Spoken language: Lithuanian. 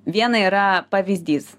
viena yra pavyzdys